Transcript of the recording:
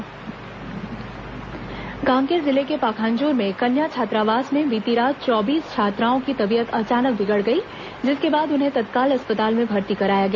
विषाक्त भोजन बीमार कांकेर जिले के पखांजूर में कन्या छात्रावास में बीती रात चौबीस छात्राओं की तबीयत अचानक बिगड़ गई जिसके बाद उन्हें तत्काल अस्पताल में भर्ती कराया गया